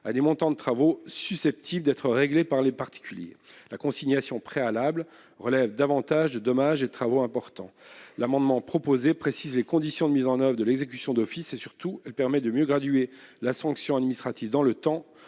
à des montants de travaux susceptibles d'être réglés par des particuliers. La consignation préalable relève davantage de dommages et de travaux importants. L'amendement proposé précise les conditions de mise en oeuvre de l'exécution d'office et, surtout, permet de mieux graduer la sanction administrative dans le temps,